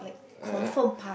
I I